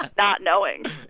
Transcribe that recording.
not knowing.